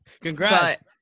congrats